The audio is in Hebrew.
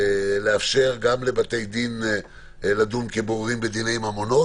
לאפשר גם לבתי דין לדון כבוררים בדיני ממונות,